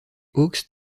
hawks